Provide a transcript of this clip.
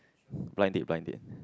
blind date blind date